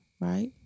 right